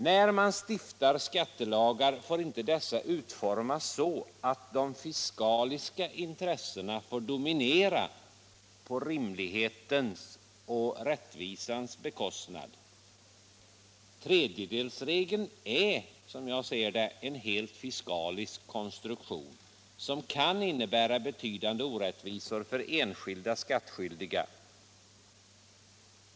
När man stiftar skattelagar får dessa inte utformas så, att de fiskaliska intressena dominerar på rimlighetens och rättvisans bekostnad. Tredjedelsregeln är, enligt min mening, en helt fiskalisk konstruktion, som kan innebära betydande orättvisor för enskilda skattskyldiga.